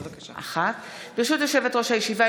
ברשות יושבת-ראש הישיבה,